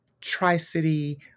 Tri-City